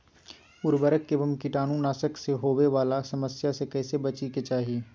उर्वरक एवं कीटाणु नाशक से होवे वाला समस्या से कैसै बची के चाहि?